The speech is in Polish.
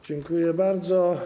Dziękuję bardzo.